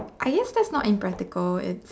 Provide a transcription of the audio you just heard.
I guess that's not impractical its